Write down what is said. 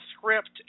script